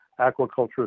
aquaculture